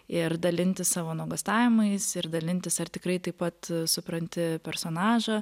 ir dalintis savo nuogąstavimais ir dalintis ar tikrai taip pat supranti personažą